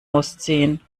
ausziehen